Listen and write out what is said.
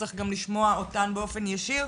נשמע גם אותן באופן ישיר,